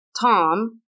Tom